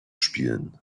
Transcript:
spielen